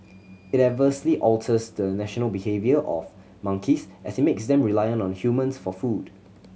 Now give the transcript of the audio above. it adversely alters the natural behaviour of monkeys as it makes them reliant on humans for food